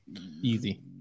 easy